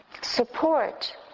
support